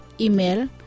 Email